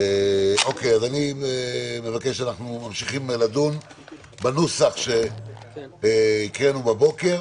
אנחנו ממשיכים לדון בנוסח שהקראנו בבוקר.